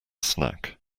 snack